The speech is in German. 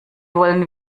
wollen